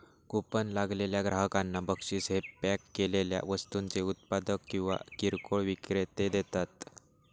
coupon लागलेल्या ग्राहकांना बक्षीस हे पॅक केलेल्या वस्तूंचे उत्पादक किंवा किरकोळ विक्रेते देतात